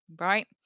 right